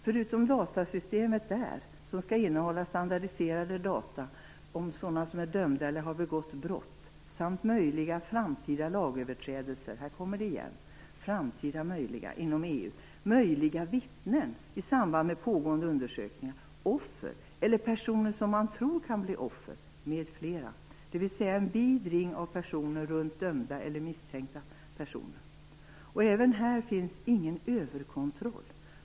Förutom standardiserade data om personer som är dömda eller har begått brott skall det även innehålla data om möjliga framtida lagöverträdelser - här kommer det igen: framtida möjliga - inom EU, möjliga vittnen i samband med pågående undersökningar, offer eller personer som man tror kan bli offer, m.fl. Det handlar alltså om en vid ring av personer runt dömda eller misstänkta personer. Inte heller här finns det någon överkontroll.